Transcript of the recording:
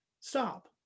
stop